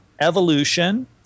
evolution